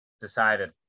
decided